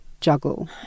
juggle